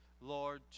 Lord